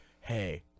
hey